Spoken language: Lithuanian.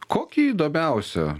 kokį įdomiausią